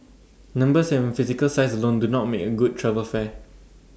numbers and physical size lone do not make A good travel fair